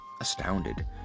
astounded